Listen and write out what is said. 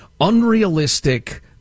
unrealistic